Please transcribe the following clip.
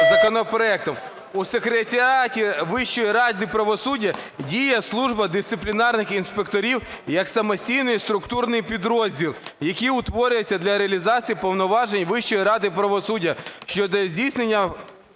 У секретаріаті Вищої ради правосуддя діє служба дисциплінарних інспекторів як самостійний структурний підрозділ, який утворюється для реалізації повноважень Вищої ради правосуддя щодо здійснення